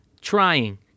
trying